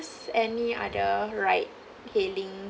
any other ride-hailing